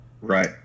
Right